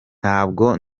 ntabwo